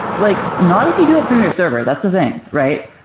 like not if you do it from your server. that's the thing, right?